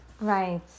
Right